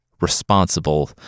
responsible